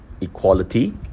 equality